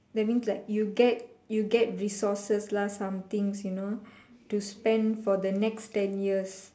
that means like you get you get resources lah some things you know to spend for the next ten years